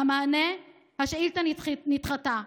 המענה: השאילתה נדחתה.